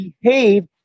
behave